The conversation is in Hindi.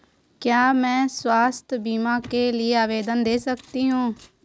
क्या मैं स्वास्थ्य बीमा के लिए आवेदन दे सकती हूँ?